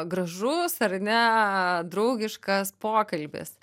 gražus ar ne draugiškas pokalbis